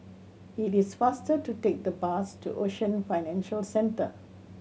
it is faster to take the bus to Ocean Financial Centre